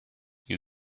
you